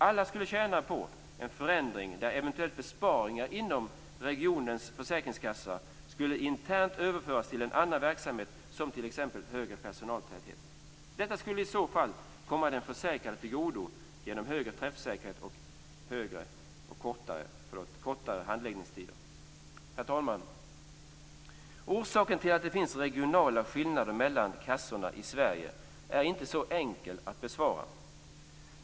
Alla skulle tjäna på en förändring där eventuella besparingar inom regionens försäkringskassa internt skulle överföras till annan verksamhet, t.ex. högre personaltäthet. Detta skulle i så fall komma den försäkrade till godo genom högre träffsäkerhet och kortare handläggningstider. Herr talman! Frågan om varför det finns regionala skillnader mellan kassorna i Sverige är inte så enkel att besvara.